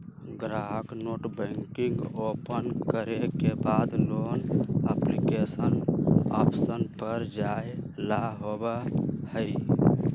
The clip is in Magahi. ग्राहक नेटबैंकिंग ओपन करे के बाद लोन एप्लीकेशन ऑप्शन पर जाय ला होबा हई